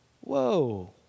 Whoa